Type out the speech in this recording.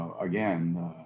again